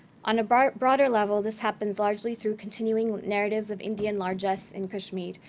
on a broader broader level, this happens largely through continuing narratives of indian largess in kashmir,